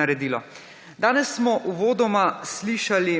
naredilo. Danes smo uvodoma slišali